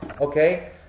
Okay